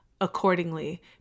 accordingly